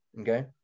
okay